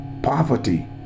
poverty